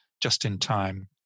just-in-time